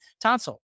tonsil